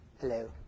Hello